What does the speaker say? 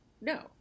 No